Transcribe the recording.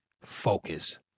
focus